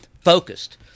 focused